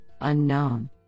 Unknown